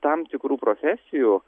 tam tikrų profesijų